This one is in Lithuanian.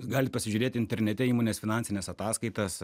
galit pasižiūrėt internete įmonės finansines ataskaitas